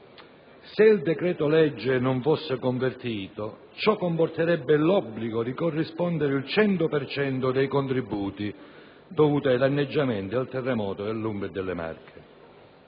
se il decreto-legge non fosse convertito, ciò comporterebbe l'obbligo di corrispondere il cento per cento dei contributi dovuti ai danneggiamenti provocati dal terremoto dell'Umbria e delle Marche.